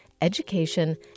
education